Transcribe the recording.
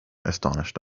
astonished